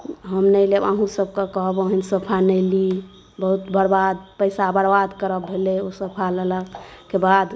हम नहि लेब अहुँ सभकेँ कहब ओहन सोफा नहि ली बहुत बर्बाद पैसा बर्बाद करब भेलै सोफा लेलाके बाद